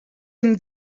him